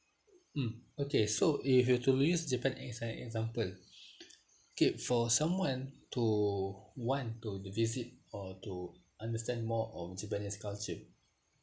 mm okay so if you were to use japan as an example okay for someone to want to visit or to understand more of japanese culture